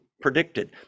predicted